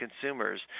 consumers